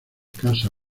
casa